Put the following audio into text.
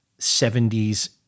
70s